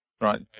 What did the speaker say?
Right